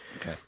Okay